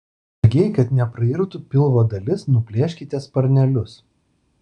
atsargiai kad neprairtų pilvo dalis nuplėškite sparnelius